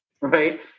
Right